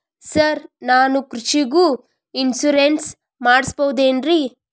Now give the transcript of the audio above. Sir ನಾನು ಕೃಷಿಗೂ insurance ಮಾಡಸಬಹುದೇನ್ರಿ?